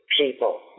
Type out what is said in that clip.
people